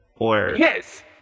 Yes